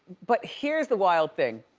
but here's the wild thing.